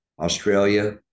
Australia